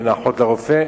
או בין האחיות לרופא.